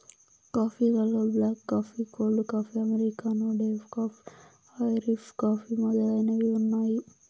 coffee లలో black coffee, cold coffee, americano, decaf, Irish coffee మొదలైనవి ఉన్నాయి